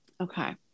Okay